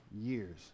years